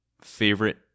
favorite